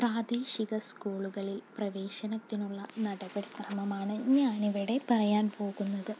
പ്രാദേശിക സ്കൂളുകളിൽ പ്രവേശനത്തിനുള്ള നടപരിക്രമമാണ് ഞാനിവിടെ പറയാൻ പോകുന്നത്